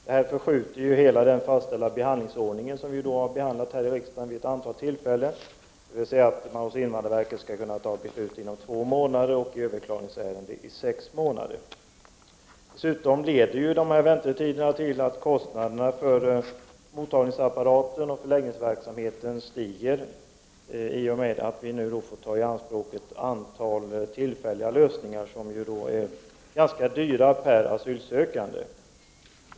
Detta förskjuter hela den fastställda behandlingsordningen, som vi diskuterat här i riksdagen vid flera tillfällen, dvs. att invandrarverket skall fatta ett beslut inom två månader och att ett överklagningsärende skall avgöras inom sex månader. Dessutom leder dessa väntetider till att kostnaderna för mottagningsapparaten och förläggningsverksamheten stiger, eftersom vi nu måste tillgripa tillfälliga lösningar, som blir ganska dyra per asylsökande.